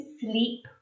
sleep